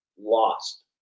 lost